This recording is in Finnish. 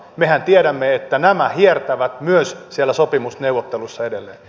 mehän tiedämme että nämä hiertävät myös siellä sopimusneuvotteluissa edelleen